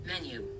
menu